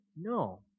No